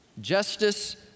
Justice